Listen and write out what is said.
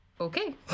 okay